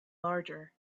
larger